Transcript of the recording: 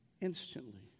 instantly